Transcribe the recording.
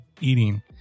eating